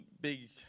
big